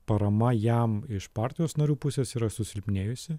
parama jam iš partijos narių pusės yra susilpnėjusi